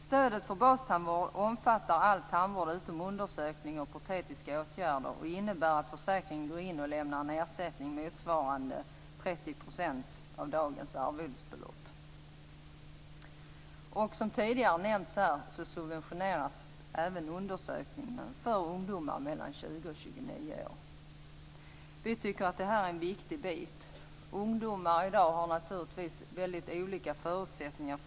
Stödet för bastandvård omfattar all tandvård utom undersökning och protetiska åtgärder. Stödet innebär att försäkringen går in och lämnar en ersättning motsvarande 30 % av dagens arvodesbelopp. Som tidigare nämnts här subventioneras även undersökningar för ungdomar mellan 20 och 29 år. Vi socialdemokrater tycker att detta är en viktig bit. Ungdomar har i dag naturligtvis väldigt olika förutsättningar.